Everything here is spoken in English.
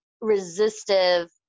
resistive